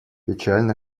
печально